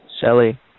Shelly